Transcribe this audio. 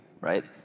right